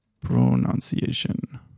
Pronunciation